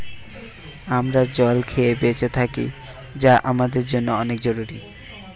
আমরা জল খেয়ে বেঁচে থাকি যা আমাদের জন্যে অনেক জরুরি